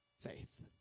faith